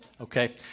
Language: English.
okay